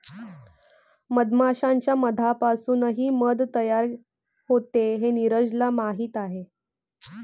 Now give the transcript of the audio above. मधमाश्यांच्या मधापासूनही मध तयार होते हे नीरजला माहीत आहे